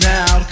Now